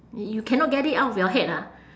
you cannot get it out of your head ah